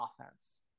offense